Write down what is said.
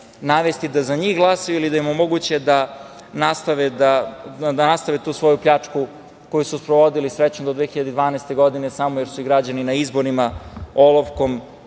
navesti da za njih glasaju ili da im omoguće da nastave tu svoju pljačku koju su sprovodili, srećom do 2012. godine samo jer su ih građani na izborima i